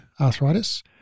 arthritis